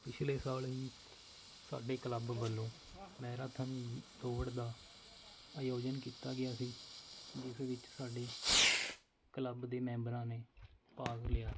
ਪਿਛਲੇ ਸਾਲ ਹੀ ਸਾਡੇ ਕਲੱਬ ਵੱਲੋਂ ਮੈਰਾਥਨ ਦੌੜ ਦਾ ਆਯੋਜਨ ਕੀਤਾ ਗਿਆ ਸੀ ਜਿਸ ਵਿੱਚ ਸਾਡੇ ਕਲੱਬ ਦੇ ਮੈਂਬਰਾਂ ਨੇ ਭਾਗ ਲਿਆ